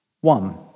one